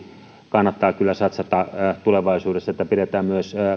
kannattaa kyllä satsata tulevaisuudessa että pidetään myös